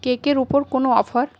কেকের উপর কোনো অফার